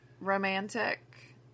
romantic